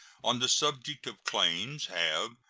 on the subject of claims, have,